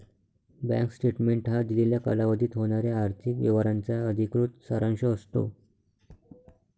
bank statement हा दिलेल्या कालावधीत होणाऱ्या आर्थिक व्यवहारांचा अधिकृत सारांश असतो